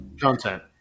content